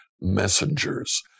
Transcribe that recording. messengers